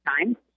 time